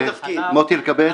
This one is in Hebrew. מרדכי אלקבץ,